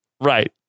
Right